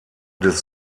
des